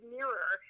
Mirror